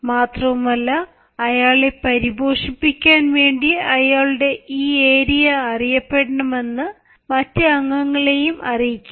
മാത്രവുമല്ല അയാളെ പരിപോഷിപ്പിക്കാൻ വേണ്ടി അയാളുടെ ഈ ഏരിയ അറിയപ്പെടണമെന്ന് മറ്റ് അംഗങ്ങളെയും അറിയിക്കുക